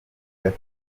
gato